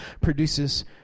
produces